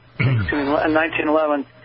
1911